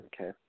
Okay